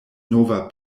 nova